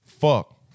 Fuck